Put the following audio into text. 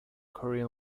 korean